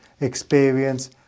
experience